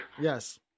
Yes